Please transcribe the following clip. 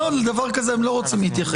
לא, לדבר כזה הם לא רוצים להתייחס.